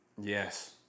Yes